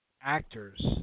actors